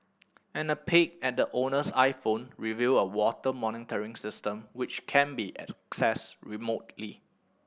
and a peek at the owner's iPhone reveal a water monitoring system which can be accessed remotely